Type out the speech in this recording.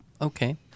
Okay